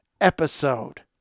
episode